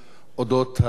במלואם,